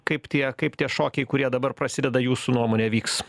kaip tie kaip tie šokiai kurie dabar prasideda jūsų nuomone vyks